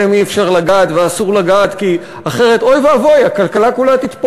אני קובע כי אישרנו את חוק איסור הלבנת הון (הוראת שעה) בקריאה